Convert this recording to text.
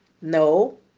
No